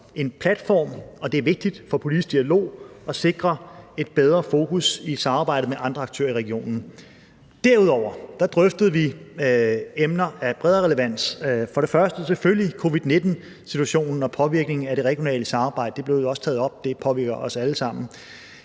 en platform, og det er vigtigt for en politisk dialog at sikre et bedre fokus i samarbejdet med andre aktører i regionen. Derudover drøftede vi emner af bredere relevans, for det første selvfølgelig covid-19-situationen og påvirkningen af det regionale samarbejde. Det blev jo også taget op, og det påvirker os alle sammen.